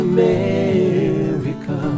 America